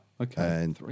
Okay